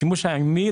השימוש היומי,